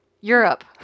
Europe